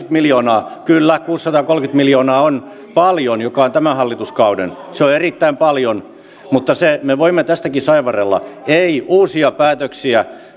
miljoonaa kyllä kuusisataakolmekymmentä miljoonaa on paljon joka on tämän hallituskauden määrä se on erittäin paljon mutta me voimme tästäkin saivarrella ei uusia päätöksiä